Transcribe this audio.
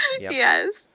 yes